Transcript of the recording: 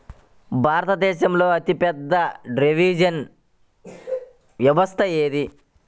భారతదేశంలో అతిపెద్ద డ్రైనేజీ వ్యవస్థ ఏది?